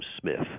Smith